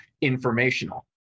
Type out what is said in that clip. informational